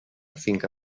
finca